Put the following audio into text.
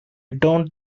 don’t